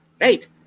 Right